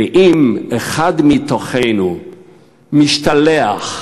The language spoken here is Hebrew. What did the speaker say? ואם אחד מתוכנו משתלח,